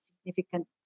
significant